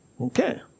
Okay